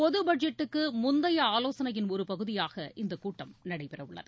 பொது பட்ஜெட்டுக்கு முந்தைய ஆலோசனையின் ஒரு பகுதியாக இந்த கூட்டம் நடைபெறவுள்ளது